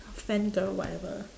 fangirl whatever